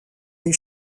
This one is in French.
des